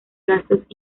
gastos